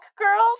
girls